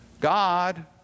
God